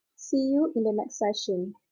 see you in the next session.